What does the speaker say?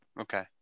Okay